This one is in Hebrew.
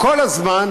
כל הזמן